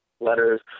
letters